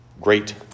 great